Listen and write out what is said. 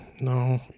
No